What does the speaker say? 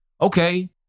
okay